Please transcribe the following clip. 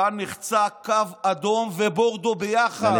כאן נחצו קו אדום ובורדו ביחד.